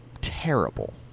terrible